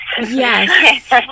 Yes